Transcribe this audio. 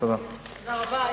תודה רבה.